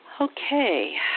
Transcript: Okay